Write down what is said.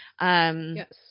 Yes